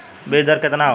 बीज दर केतना होला?